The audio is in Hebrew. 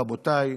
רבותי,